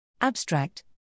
Abstract